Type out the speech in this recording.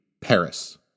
Paris